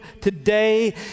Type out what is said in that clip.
today